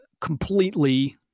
completely